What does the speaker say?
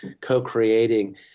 co-creating